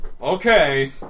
Okay